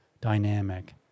dynamic